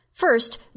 First